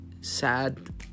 sad